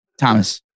Thomas